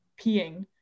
peeing